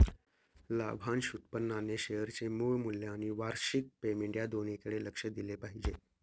लाभांश उत्पन्नाने शेअरचे मूळ मूल्य आणि वार्षिक पेमेंट या दोन्हीकडे लक्ष दिले पाहिजे